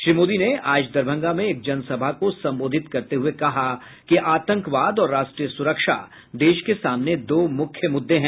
श्री मोदी ने आज दरभंगा में एक जनसभा को संबोधित करते हुए कहा कि आतंकवाद और राष्ट्रीय सुरक्षा देश के सामने दो मुख्य मुद्दे हैं